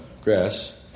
grass